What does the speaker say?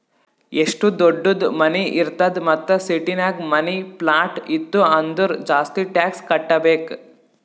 ಎಷ್ಟು ದೊಡ್ಡುದ್ ಮನಿ ಇರ್ತದ್ ಮತ್ತ ಸಿಟಿನಾಗ್ ಮನಿ, ಪ್ಲಾಟ್ ಇತ್ತು ಅಂದುರ್ ಜಾಸ್ತಿ ಟ್ಯಾಕ್ಸ್ ಕಟ್ಟಬೇಕ್